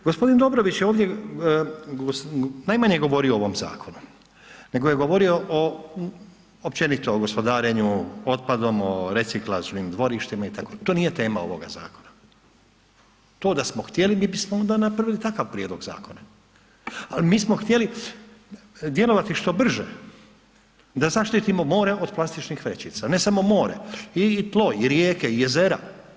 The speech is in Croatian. G. Dobrović je ovdje najmanje govorio o ovom zakonu. nego je govorio općenito o gospodarenju otpadom, o reciklažnim dvorištima itd., to nije tema ovoga zakona, to da smo htjeli, mi bismo onda napravili takav prijedlog zakona ali mi smo htjeli djelovati što brže, da zaštitimo more od plastičnih vrećica, ne samo more, i tlo, i rijeke, i jezera.